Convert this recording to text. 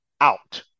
out